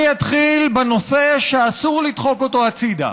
אני אתחיל בנושא שאסור לדחוק אותו הצידה,